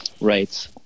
right